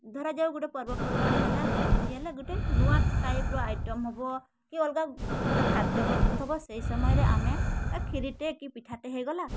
ଧରାଯାଉ ଗୋଟେ ପର୍ବପର୍ବାଣୀ ହେଲା କି କିଛି ହେଲା ଗୋଟେ ନୂଆ ଟାଇପ୍ର ଆଇଟମ୍ ହବ କି ଅଲଗା ଗୋଟେ ଖାଦ୍ୟ ପ୍ରସ୍ତୁତ ହବ ସେହି ସମୟରେ ଆମେ ଏ କ୍ଷୀରିଟେ କି ପିଠାଟେ ହେଇଗଲା